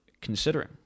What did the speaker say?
considering